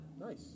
Nice